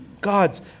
God's